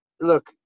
look